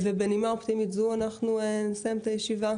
בנימה אופטימית זו אנחנו ננעל את הישיבה.